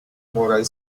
moral